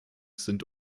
sind